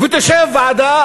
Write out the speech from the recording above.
ותשב ועדה